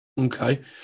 Okay